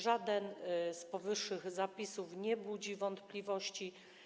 Żaden z powyższych zapisów nie budzi wątpliwości.